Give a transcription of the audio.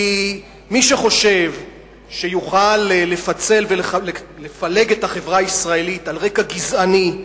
כי מי שחושב שיוכל לפצל ולפלג את החברה הישראלית על רקע גזעני,